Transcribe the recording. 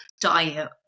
diet